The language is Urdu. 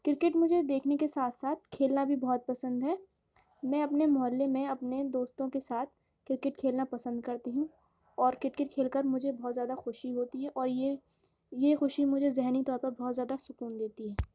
کرکٹ مجھے دیکھنے کے ساتھ ساتھ کھیلنا بھی بہت پسند ہے میں اپنے محلے میں اپنے دوستوں کے ساتھ کرکٹ کھیلنا پسند کرتی ہوں اور کرکٹ کھیل کر مجھے بہت زیادہ خوشی ہوتی ہے اور یہ یہ خوشی مجھے ذہنی طور پر بہت زیادہ سکون دیتی ہے